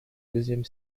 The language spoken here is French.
deuxième